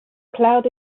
cloud